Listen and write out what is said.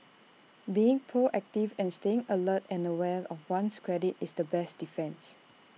being proactive and staying alert and aware of one's credit is the best defence